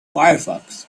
firefox